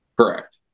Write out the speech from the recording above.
correct